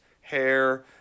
hair